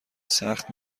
سخت